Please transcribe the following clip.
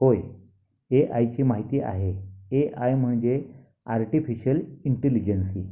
होय ए आयची माहिती आहे ए आय म्हणजे आर्टिफिशल इंटेलिजन्सी